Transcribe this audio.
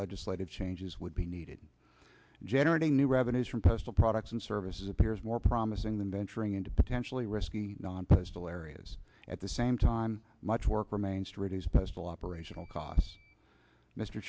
legislative changes would be needed in generating new revenues from postal products and services appears more promising than venturing into potentially risky non postal areas at the same time much work remains to reduce postal operational costs mr